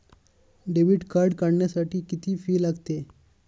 Debit card काढण्यासाठी किती fee लागते?